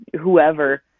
whoever